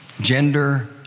gender